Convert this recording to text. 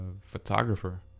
photographer